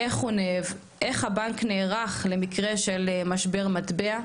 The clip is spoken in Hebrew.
איך הבנק נערך למקרה של משבר מטבע?